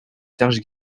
serge